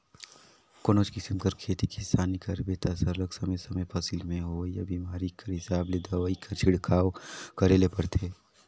कोनोच किसिम कर खेती किसानी करबे ता सरलग समे समे फसिल में होवइया बेमारी कर हिसाब ले दवई कर छिड़काव करे ले परथे